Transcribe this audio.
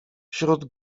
wśród